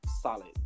solid